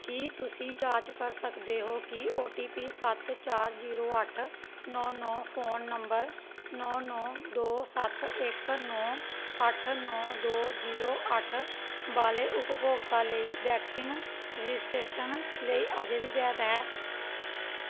ਕੀ ਤੁਸੀਂ ਜਾਂਚ ਕਰ ਸਕਦੇ ਹੋ ਕਿ ਓ ਟੀ ਪੀ ਸੱਤ ਚਾਰ ਜੀਰੋ ਅੱਠ ਨੌਂ ਨੌਂ ਫ਼ੋਨ ਨੰਬਰ ਨੌਂ ਨੌਂ ਦੋ ਸੱਤ ਇੱਕ ਨੌਂ ਅੱਠ ਨੌਂ ਦੋ ਜੀਰੋ ਅੱਠ ਵਾਲੇ ਉਪਭੋਗਤਾ ਲਈ ਵੈਕਸੀਨ ਰਜਿਸਟ੍ਰੇਸ਼ਨ ਲਈ ਅਜੇ ਵੀ ਵੈਧ ਹੈ